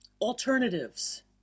alternatives